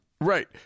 Right